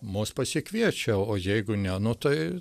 mus pasikviečia o jeigu ne nu tai